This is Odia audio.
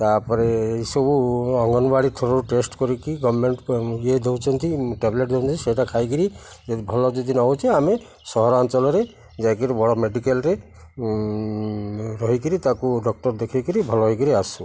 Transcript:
ତା'ପରେ ଏସବୁ ଅଙ୍ଗନବାଡ଼ି ଥ୍ରୋରୁ ଟେଷ୍ଟ କରିକି ଗଭର୍ନମେଣ୍ଟ ଇଏ ଦେଉଛନ୍ତି ଟ୍ୟାବଲେଟ୍ ଦେଉଛନ୍ତି ସେଇଟା ଖାଇକରି ଯିଏ ଭଲ ଯଦି ନେଉଛି ଆମେ ସହରାଞ୍ଚଳରେ ଯାଇକରି ବଡ଼ ମେଡ଼ିକାଲରେ ରହିକରି ତାକୁ ଡକ୍ଟର ଦେଖାଇ କରି ଭଲ ହେଇକରି ଆସୁ